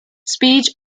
speech